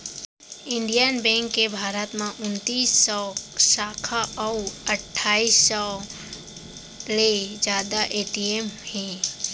Indian Bank के भारत म उनतीस सव साखा अउ अट्ठाईस सव ले जादा ए.टी.एम हे